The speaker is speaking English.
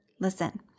Listen